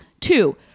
Two